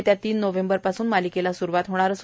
येत्या तीन नोव्हेंबरपासून मालिकेला सुरूवात होणार आहे